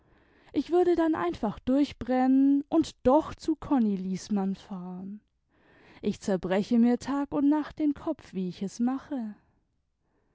ich würde dann einfach durchbrennen und doch zu konni liesmann fahren ich zerbreche mir tag und nacht den kopf wie ich es mache